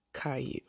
Caillou